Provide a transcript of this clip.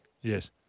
Yes